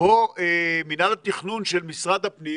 פה מינהל התכנון של משרד הפנים